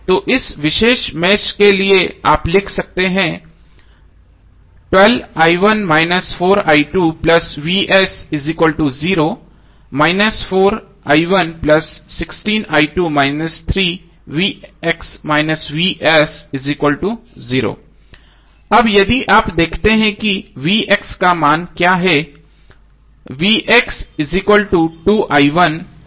तो इस विशेष मेष के लिए आप लिख सकते हैं अब यदि आप देखें कि का मान क्या है